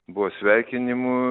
buvo sveikinimų